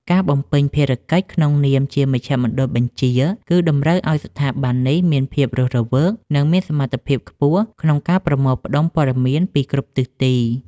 ការបំពេញភារកិច្ចក្នុងនាមជាមជ្ឈមណ្ឌលបញ្ជា គឺតម្រូវឱ្យស្ថាប័ននេះមានភាពរស់រវើក និងមានសមត្ថភាពខ្ពស់ក្នុងការប្រមូលផ្ដុំព័ត៌មានពីគ្រប់ទិសទី។